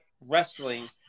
wrestling